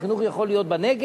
החינוך יכול להיות בנגב,